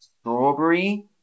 strawberry